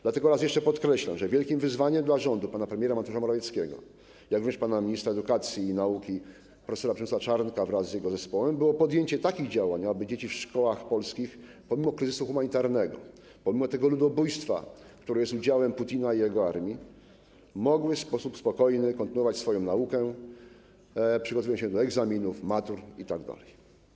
Dlatego raz jeszcze podkreślam, że wielkim wyzwaniem dla rządu pana premiera Mateusza Morawieckiego, jak również pana ministra edukacji i nauki prof. Przemysława Czarnka wraz z jego zespołem było podjęcie takich działań, aby dzieci w polskich szkołach pomimo kryzysu humanitarnego, pomimo tego ludobójstwa, które jest udziałem Putina i jego armii, mogły w sposób spokojny kontynuować naukę, przygotowywać się do egzaminów, matur itd.